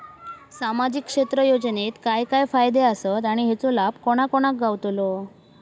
सामजिक क्षेत्र योजनेत काय काय फायदे आसत आणि हेचो लाभ कोणा कोणाक गावतलो?